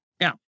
Now